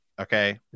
Okay